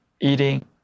eating